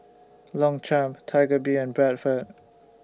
Longchamp Tiger Beer and Bradford